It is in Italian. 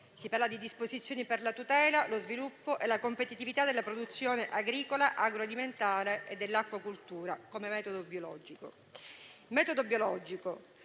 si parla di disposizioni per la tutela, lo sviluppo e la competitività della produzione agricola, agroalimentare e dell'acquacoltura con metodo biologico.